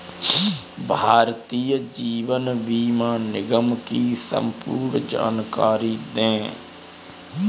भारतीय जीवन बीमा निगम की संपूर्ण जानकारी दें?